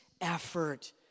effort